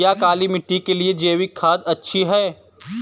क्या काली मिट्टी के लिए जैविक खाद अच्छी है?